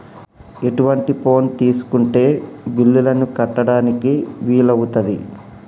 ఎటువంటి ఫోన్ తీసుకుంటే బిల్లులను కట్టడానికి వీలవుతది?